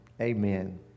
Amen